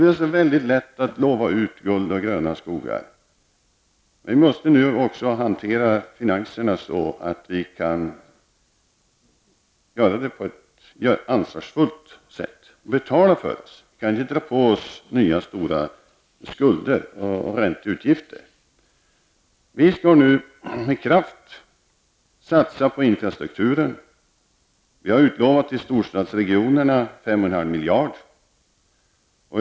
Det är så väldigt lätt att lova ut guld och gröna skogar, men vi måste också hantera finanserna på ett ansvarsfullt sätt och betala för oss. Vi kan inte gärna dra på oss nya stora skulder och ränteutgifter. Vi skall nu med kraft satsa på infrastrukturen. Vi har till storstadsregionerna utlovat 5,5 miljarder.